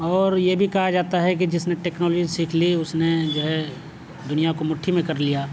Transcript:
اور یہ بھی کہا جاتا ہے کہ جس نے ٹیکنالوجی سیکھ لی اس نے جو ہے دنیا کو مٹھی میں کر لیا